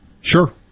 Sure